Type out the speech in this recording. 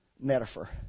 Metaphor